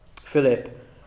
Philip